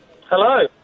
Hello